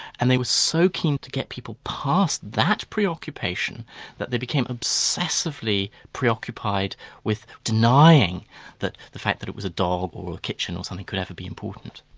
and they were so keen to get people past that preoccupation that they became obsessively preoccupied with denying the fact that it was a dog or a kitchen or something could ever be important.